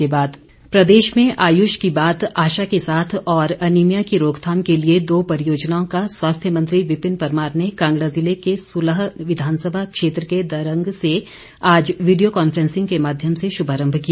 कार्यशाला प्रदेश में आयुष की बात आशा के साथ और अनीमिया की रोकथाम के लिए दो परियोजनाओं का स्वास्थ्य मंत्री विपिन परमार ने कांगड़ा जिले के सुलह विधानसभा क्षेत्र के दरंग से आज वीडियों कांफ्रेसिंग के माध्यम से शुभारम्भ किया